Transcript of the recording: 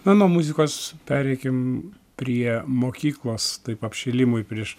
na nuo muzikos pereikim prie mokyklos taip apšilimui prieš